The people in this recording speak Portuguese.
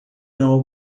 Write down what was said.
não